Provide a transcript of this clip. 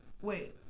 Wait